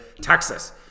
Texas